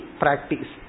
practice